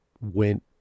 went